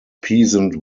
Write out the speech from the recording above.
peasant